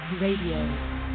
Radio